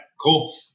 cool